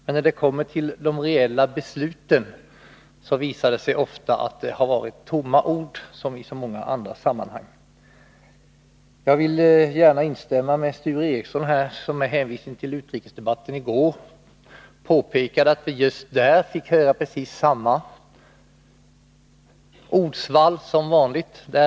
Men när det kommer till de reella besluten visar det sig ofta att det har varit tomma ord, som i så många andra sammanhang. Jag vill gärna instämma med Sture Ericson, som med hänvisning till utrikesdebatten i går påpekade att vi då fick höra precis samma ordsvall som vanligt.